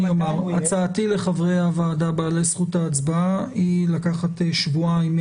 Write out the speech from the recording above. הצעתי לחברי הוועדה בעלי זכות ההצבעה היא לקחת שבועיים,